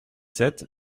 sept